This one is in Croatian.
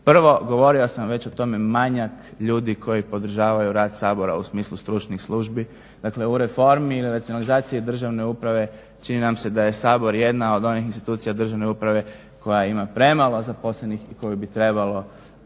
Prvo, govorio sam već o tome, manjak ljudi koji podržavaju rad Sabora u smislu stručnih službi. Dakle, u reformi i racionalizaciji državne uprave čini nam se da je Sabor jedna od onih institucija državne uprave koja ima premalo zaposlenih i koju bi trebalo